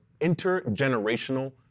intergenerational